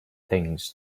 things